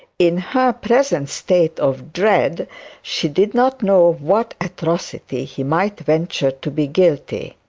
in her present state of dread she did not know of what atrocity he might venture to be guilty.